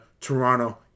Toronto